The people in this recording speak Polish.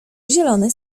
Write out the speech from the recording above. zielony